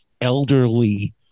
elderly